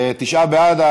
תשעה בעד.